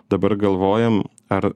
dabar galvojam ar